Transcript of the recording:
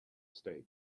state